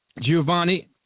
Giovanni